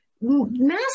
Mass